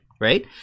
right